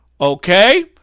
Okay